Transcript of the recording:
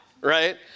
right